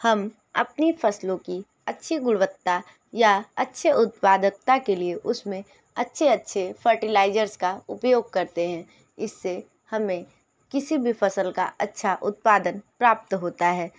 हम अपनी फसलों की अच्छी गुणवत्ता या अच्छे उत्पादकता के लिए उसमें अच्छे अच्छे फर्टिलाइज़र्स का उपयोग करते हैं इससे हमें किसी भी फसल का अच्छा उत्पादन प्राप्त होता है